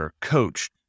Coach